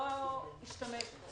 השתמש בו.